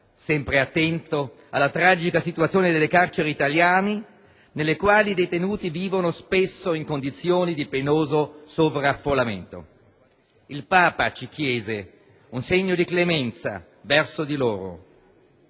sempre attento alla tragica situazione delle carceri italiane, nelle quali i detenuti vivono spesso in condizioni di penoso sovraffollamento. Il Papa ci chiese un segno di clemenza verso di loro.